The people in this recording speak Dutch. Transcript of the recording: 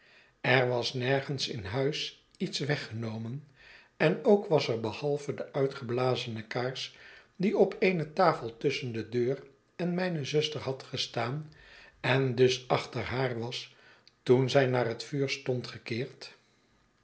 er was nergens in huis iets weggenomen en ook was er behalve de uitgeblazene kaars die op eene tafel tusschen de deur en mijne zuster had gestaan en dus achter haar was toen zij naar het vuur stond gekeerd